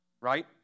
right